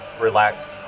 relax